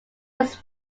was